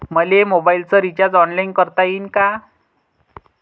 मले मोबाईलच recharge online करता येईन का?